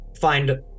find